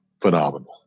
phenomenal